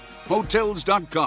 Hotels.com